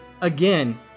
again